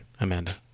Amanda